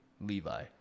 Levi